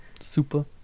super